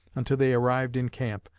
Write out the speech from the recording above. until they arrived in camp,